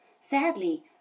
Sadly